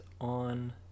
on